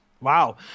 wow